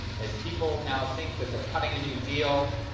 as people now think that they're cutting a new deal,